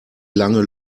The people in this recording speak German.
lange